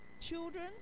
children